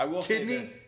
Kidney